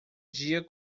dia